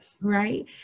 Right